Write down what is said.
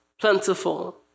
plentiful